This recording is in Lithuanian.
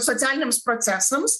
socialiniams procesams